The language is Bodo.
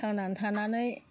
थांनानै थानानै